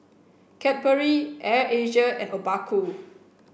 Cadbury Air Asia and Obaku